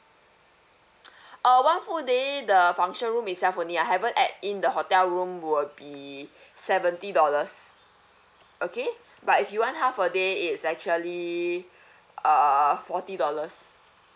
uh one full day the function room itself only I haven't add in the hotel room will be seventy dollars okay but if you want half a day it's actually err forty dollars